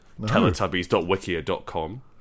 Teletubbies.wikia.com